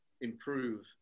improve